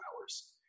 hours